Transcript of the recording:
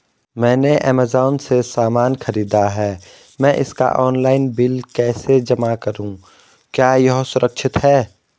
मैंने ऐमज़ान से सामान खरीदा है मैं इसका ऑनलाइन बिल कैसे जमा करूँ क्या यह सुरक्षित है?